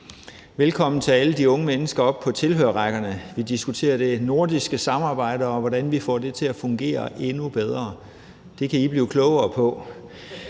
Velkommen til alle de unge mennesker oppe på tilhørerrækkerne. Vi diskuterer det nordiske samarbejde, og hvordan vi får det til at fungere endnu bedre. Det kan I blive klogere på.